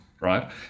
right